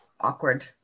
awkward